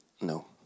no